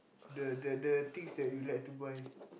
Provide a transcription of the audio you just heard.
the the the things that you like to buy